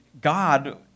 God